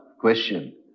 question